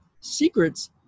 secrets